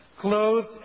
clothed